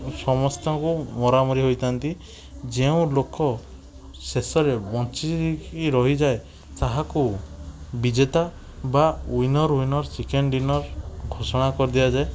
ସମସ୍ତଙ୍କୁ ମରାମରି ହୋଇଥାନ୍ତି ଯେଉଁ ଲୋକ ଶେଷରେ ବଞ୍ଚିକି ରହିଯାଏ ତାହାକୁ ବିଜେତା ବା ୱିନର୍ ୱିନର୍ ଚିକେନ୍ ଡିନର୍ ଘୋଷଣା କରି ଦିଆଯାଏ